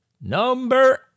Number